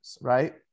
right